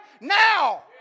now